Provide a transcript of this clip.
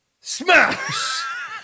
Smash